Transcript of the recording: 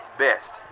best